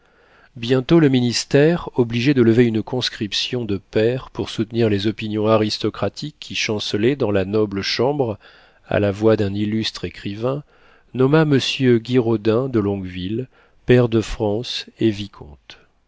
bientôt le ministère obligé de lever une conscription de pairs pour soutenir les opinions aristocratiques qui chancelaient dans la noble chambre à la voix d'un illustre écrivain nomma monsieur guiraudin de longueville pair de france et vicomte